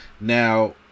now